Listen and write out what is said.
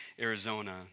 Arizona